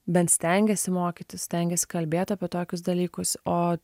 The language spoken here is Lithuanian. bent stengiasi mokytis stengiasi kalbėt apie tokius dalykus o